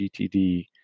GTD